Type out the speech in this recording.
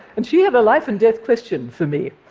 and she had a life-and-death question for me.